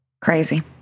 Crazy